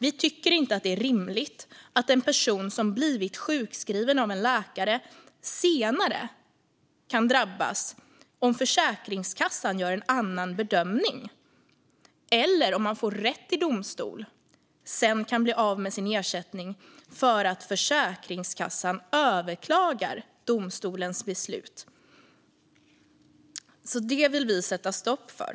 Vi tycker inte att det är rimligt att en person som blivit sjukskriven av en läkare senare kan drabbas om Försäkringskassan gör en annan bedömning eller om man får rätt i domstol och Försäkringskassan överklagar domstolens beslut. Det vill vi sätta stopp för.